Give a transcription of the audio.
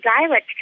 dialect